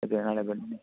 ಅದೇ ನಾಳೆ ಬನ್ನಿ